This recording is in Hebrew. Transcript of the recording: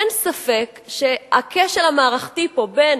אין ספק שהכשל המערכתי פה בין